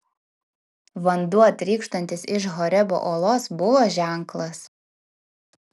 vanduo trykštantis iš horebo uolos buvo ženklas